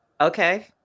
okay